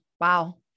Wow